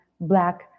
black